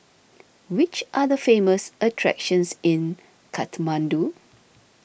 which are the famous attractions in Kathmandu